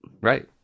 Right